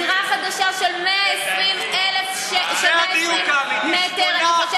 האמת, דירה חדשה של 120 מ"ר, זה